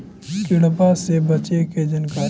किड़बा से बचे के जानकारी?